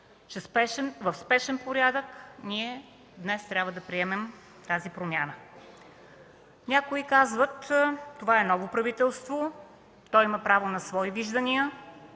че в спешен порядък ние днес трябва да приемем тази промяна? Някои казаха: това е ново правителство, то има право на свои виждания,